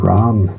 Ram